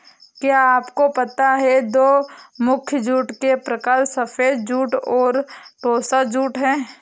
क्या आपको पता है दो मुख्य जूट के प्रकार सफ़ेद जूट और टोसा जूट है